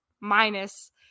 minus